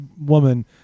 woman